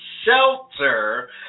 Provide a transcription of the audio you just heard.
shelter